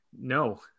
No